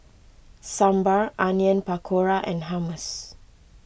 Sambar Onion Pakora and Hummus